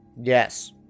Yes